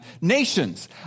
nations